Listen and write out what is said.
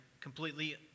completely